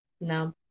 No